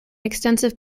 extensive